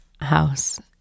house